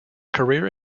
career